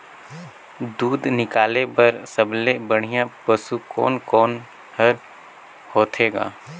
दूध निकाले बर सबले बढ़िया पशु कोन कोन हर होथे ग?